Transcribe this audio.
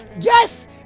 Yes